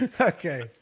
Okay